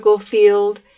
field